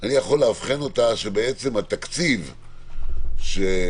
אני יכול לאבחן שהתקציב שנמצא היום לרשות המשרד,